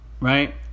right